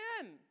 again